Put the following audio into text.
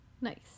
Nice